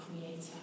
Creator